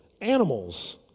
animals